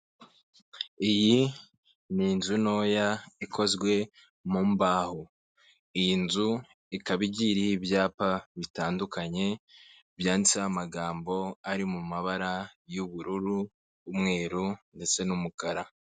Iyi ni inzu ntoya ikozwe mu mbaho, iyi nzu ikaba igiye iriho ibyapa bitandukanye byanditseho amagambo ari mu mabara y'ubururu, umweru ndetse n'umukara.